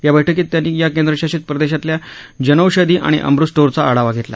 या बैठकीत त्यांनी या केंद्रशासित प्रदेशातल्या जनौषधी आणि अमृत स्टोअरचा आढावा घेतला